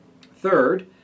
Third